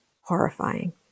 horrifying